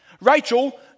Rachel